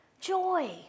Joy